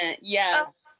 yes